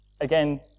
again